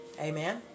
Amen